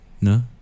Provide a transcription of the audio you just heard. no